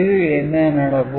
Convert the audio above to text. இதில் என்ன நடக்கும்